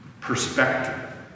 Perspective